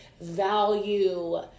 value